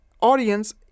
audience